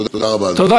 תודה רבה, אדוני.